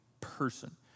person